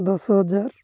ଦଶ ହଜାର